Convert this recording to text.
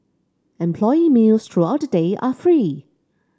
employee meals throughout the day are free